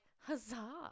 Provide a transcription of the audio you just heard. huzzah